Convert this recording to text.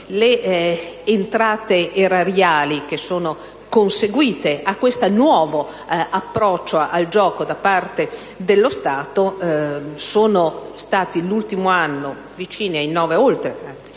Le entrate erariali che sono conseguite a questo nuovo approccio al gioco da parte dello Stato nell'ultimo anno sono state